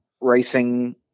racing